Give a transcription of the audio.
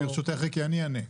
ברשותך, ריקי, אני אענה.